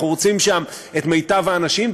אנחנו רוצים שם את מיטב האנשים,